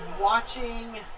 Watching